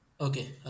Okay